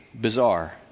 bizarre